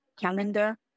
calendar